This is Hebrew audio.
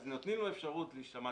אז נותנים לו אפשרות להשמיע